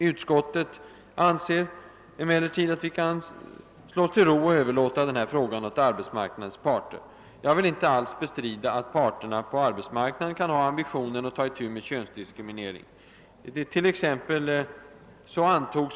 Utskottet anser emellertid att vi kan slå oss till ro och överlåta den här frågan åt arbetsmarknadens parter. Jag vill inte alls bestrida att parterna kan ha ambitionen att ta itu med könsdiskrimineringen.